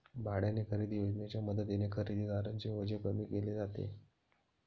भाड्याने खरेदी योजनेच्या मदतीने खरेदीदारांचे ओझे कमी केले जाते